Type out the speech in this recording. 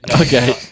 Okay